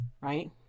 right